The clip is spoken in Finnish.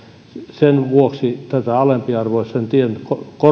sen vuoksi tätä alempiarvoisen tiestön